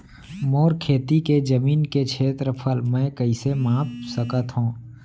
मोर खेती के जमीन के क्षेत्रफल मैं कइसे माप सकत हो?